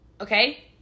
Okay